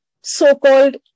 so-called